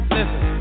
Listen